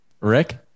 Rick